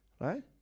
Right